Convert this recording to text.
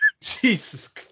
Jesus